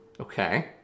Okay